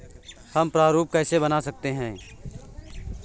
हम प्रारूप कैसे बना सकते हैं?